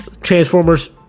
Transformers